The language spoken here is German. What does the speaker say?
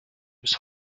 bis